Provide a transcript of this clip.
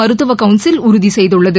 மருத்துவக் கவுன்சில் உறுதி செய்துள்ளது